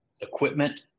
equipment